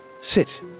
sit